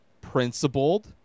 principled